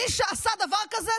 מי שעשה דבר כזה,